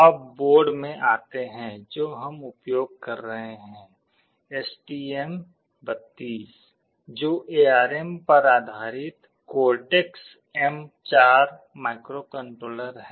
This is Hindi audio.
अब बोर्ड में आते हैं जो हम उपयोग कर रहे हैं एसटीएम32 जो एआरएम पर आधारित कोर्टेक्स एम4 माइक्रोकंट्रोलर है